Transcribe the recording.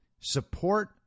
Support